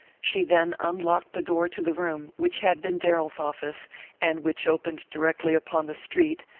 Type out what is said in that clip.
she then unlocked the door to the room which had been darrell's office and which opened directly upon the street,